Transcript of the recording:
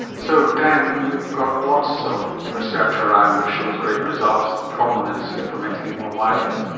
so dan, we've got lots of research around which shows great results. the problem is implementing it more widely.